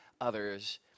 others